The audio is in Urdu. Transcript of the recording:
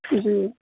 جی